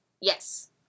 Yes